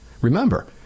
Remember